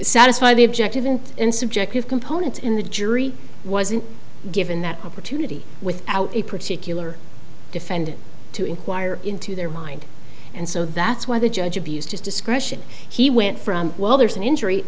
satisfy the objective in in subjective component in the jury wasn't given that opportunity without a particular defendant to inquire into their mind and so that's why the judge abused his discretion he went from well there's an injury